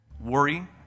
worry